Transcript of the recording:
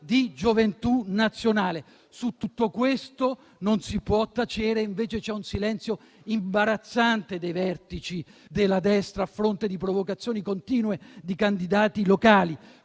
di Gioventù Nazionale. Su tutto questo non si può tacere! E invece c'è un silenzio imbarazzante dei vertici della destra, a fronte anche di provocazioni continue di candidati locali.